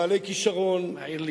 בעלי כשרון,